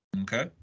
okay